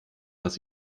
dass